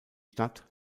stadt